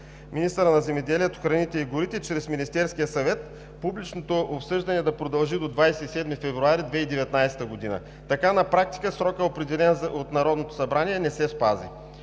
министъра на земеделието, храните и горите чрез Министерския съвет, публичното обсъждане да продължи до 27 февруари 2019 г. Така на практика срокът, определен от Народното събрание, не се спази.